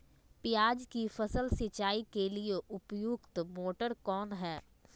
प्याज की फसल सिंचाई के लिए उपयुक्त मोटर कौन है?